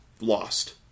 lost